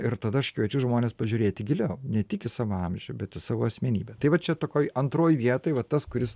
ir tada aš kviečiu žmones pažiūrėti giliau ne tik į savo amžių bet į savo asmenybę tai va čia tokioj antroj vietoj va tas kuris